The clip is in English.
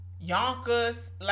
Yonkers